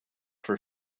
for